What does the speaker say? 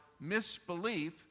misbelief